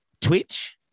Twitch